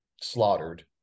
slaughtered